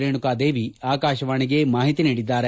ರೇಣುಕಾದೇವಿ ಆಕಾಶವಾಣಿಗೆ ಮಾಹಿತಿ ನೀಡಿದ್ದಾರೆ